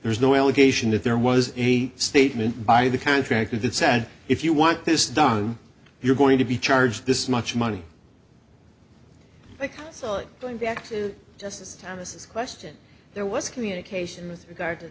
there's no allegation that there was a statement by the contractor that said if you want this done you're going to be charged this much money so going back to justice thomas question there was communication with regard to